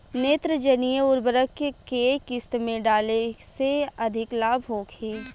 नेत्रजनीय उर्वरक के केय किस्त में डाले से अधिक लाभ होखे?